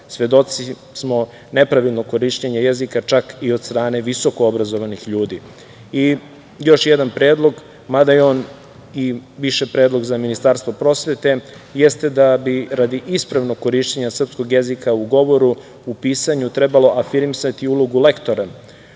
svedoci smo nepravilnog korišćenja jezika čak i od strane visokoobrazovanih ljudi. Još jedan predlog, mada je on više predlog za Ministarstvo prosvete, jeste da bi, radi ispravnog korišćenja srpskog jezika u govoru, u pisanju trebalo afirmisati ulogu lektora